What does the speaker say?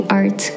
art